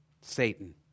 Satan